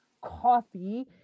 Coffee